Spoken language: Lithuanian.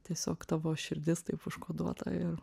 tiesiog tavo širdis taip užkoduota ir